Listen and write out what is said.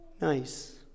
nice